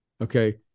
Okay